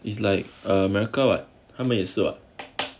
it's like america [what] 他们也是吧